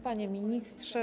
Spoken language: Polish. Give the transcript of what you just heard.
Panie Ministrze!